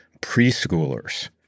preschoolers